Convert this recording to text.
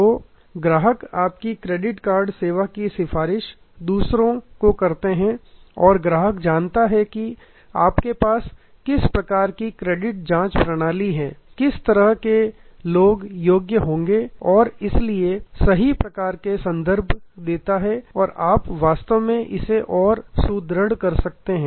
तो ग्राहक आपकी क्रेडिट कार्ड सेवा की सिफारिश दूसरों को करते हैं और ग्राहक जानता है कि आपके पास किस प्रकार की क्रेडिट जांच प्रणाली है किस तरह के लोग योग्य होंगे और इसलिए सही प्रकार के संदर्भ देता है और आप वास्तव में इसे और सुदृढ़ कर सकते हैं